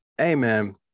Amen